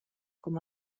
com